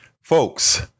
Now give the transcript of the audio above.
Folks